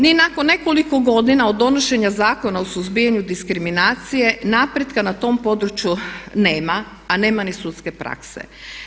Ni nakon nekoliko godina od donošenja Zakona o suzbijanju diskriminacije napretka na tom području nema, a nema ni sudske prakse.